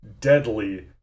deadly